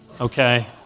okay